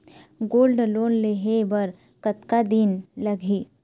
Gold loan लेहे बर कतका दिन लगही?